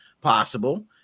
possible